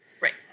Right